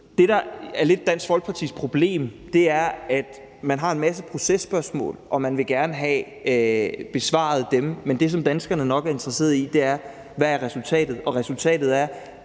Det, der lidt er Dansk Folkepartis problem, er, at man har en masse processpørgsmål, og dem vil man gerne have besvaret, men det, som danskerne nok er interesseret i, er, hvad resultatet er, og resultatet er,